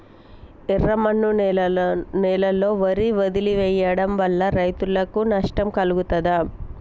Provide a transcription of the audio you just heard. ఎర్రమన్ను నేలలో వరి వదిలివేయడం వల్ల రైతులకు నష్టం కలుగుతదా?